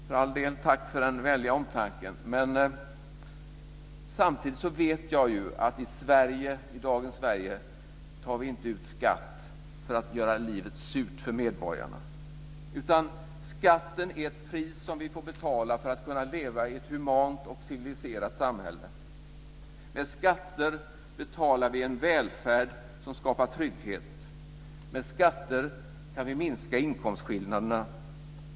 För all del - tack för den vänliga omtanken! Samtidigt vet jag att vi i dagens Sverige inte tar ut skatt för att göra livet surt för medborgarna, utan att skatten är ett pris som vi får betala för att leva i ett humant och civiliserat samhälle. Med skatter betalar vi en välfärd som skapar trygghet. Med skatter kan vi minska inkomstskillnaderna.